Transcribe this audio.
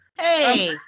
Hey